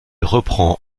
reprend